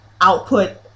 output